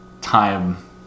time